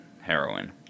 Heroin